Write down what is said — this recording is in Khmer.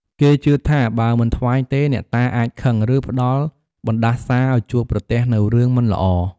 គេជឿថាបើមិនថ្វាយទេ អ្នកតាអាចខឹង ឬផ្ដល់បណ្ដាសាឱ្យជួបប្រទះនូវរឿងមិនល្អ។